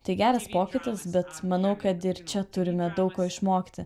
tai geras pokytis bet manau kad ir čia turime daug ko išmokti